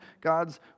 God's